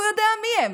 הוא יודע מיהם.